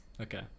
Okay